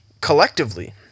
collectively